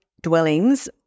dwellings